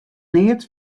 neat